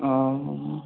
ओह